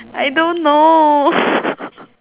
I don't know